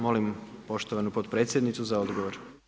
Molimo poštovanu potpredsjednicu za odgovor.